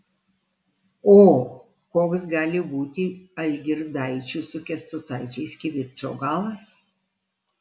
o koks gali būti algirdaičių su kęstutaičiais kivirčo galas